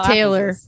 Taylor